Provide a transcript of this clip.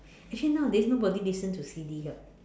actually nowadays nobody listen to C_D hor